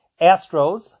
Astros